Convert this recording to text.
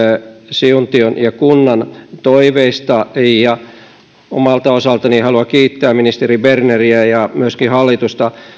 siuntion ja tuusulan kunnan toiveista omalta osaltani haluan kiittää ministeri berneriä ja myöskin hallitusta